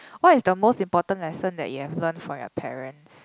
what is the most important lesson that you have learnt from your parents